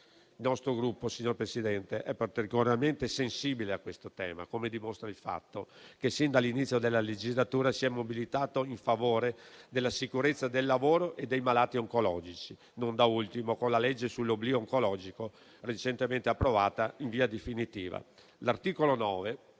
Il nostro Gruppo, signor Presidente, è particolarmente sensibile a questo tema, come dimostra il fatto che, sin dall'inizio della legislatura, si è mobilitato in favore della sicurezza del lavoro e dei malati oncologici, non da ultimo, con la legge sull'oblio oncologico, recentemente approvata in via definitiva. L'articolo 9,